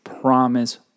promise